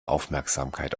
aufmerksamkeit